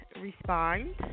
respond